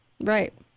right